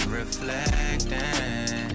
reflecting